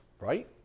Right